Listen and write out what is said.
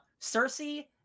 Cersei